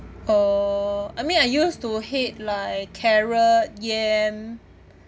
uh I mean I used to hate like carrot yam